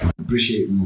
appreciate